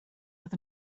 oedd